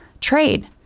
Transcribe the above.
trade